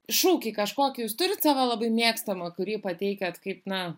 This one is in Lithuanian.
šūkį kažkokį jūs turit savo labai mėgstamą kurį pateikiat kaip na